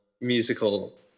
musical